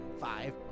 Five